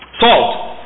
Salt